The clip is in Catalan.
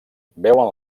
veuen